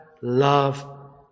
love